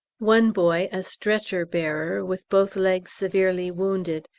one boy, a stretcher-bearer, with both legs severely wounded,